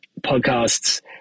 podcasts